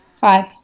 Five